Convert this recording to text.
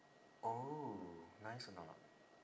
oh nice or not